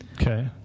Okay